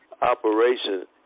operation